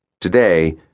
Today